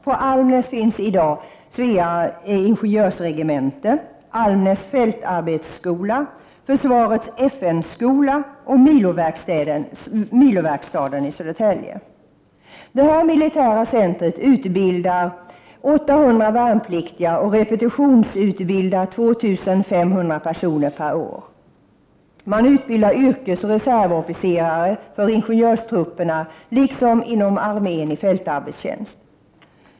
På Almnäs finns i dag Svea ingenjörsregemente, Almnäs fältarbetsskola, Försvarets FN-skola och miloverkstaden i Södertälje. Detta militära center utbildar 800 värnpliktiga och repetitionsutbildar 2 500 personer per år. Man utbildar yrkesoch reservofficerare för ingenjörstrupperna liksom inom armén i fältarbetstjänst.